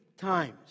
times